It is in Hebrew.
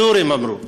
הסורים אמרו.